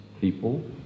people